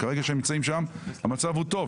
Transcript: כרגע, כשהם נמצאים שם, המצב הוא טוב.